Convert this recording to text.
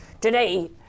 today